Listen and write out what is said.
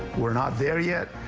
we're not there yet.